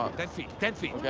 up. ten feet, ten feet. yeah